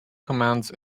commands